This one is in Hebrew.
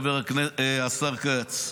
השר כץ,